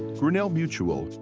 grinnell mutual.